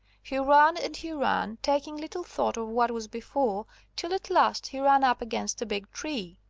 he ran and he ran, taking little thought of what was before till at last he ran up against a big tree.